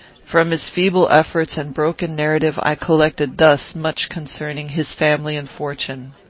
from his feeble efforts and broken narrative i collected thus much concerning his family and fortune.